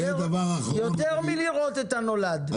יותר מלראות את הנולד,